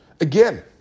again